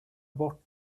bort